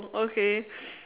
okay